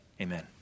amen